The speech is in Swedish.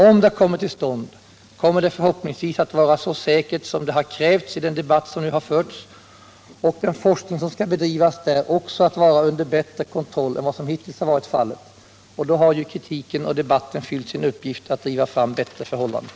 Om det kommer till stånd kommer det förhoppningsvis att vara så säkert som det har krävts i den debatt som nu har förts och den forskning som skall bedrivas där också att vara under bättre kontroll än vad som hittills har varit fallet. Då har ju kritiken och debatten fyllt sin uppgift att driva fram bättre förhållanden.